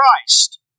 Christ